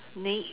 next